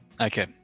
Okay